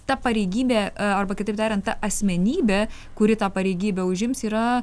ta pareigybė arba kitaip tariant ta asmenybė kuri tą pareigybę užims yra